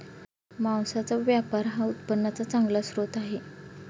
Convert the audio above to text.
मांसाचा व्यापार हा उत्पन्नाचा चांगला स्रोत आहे